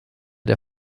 der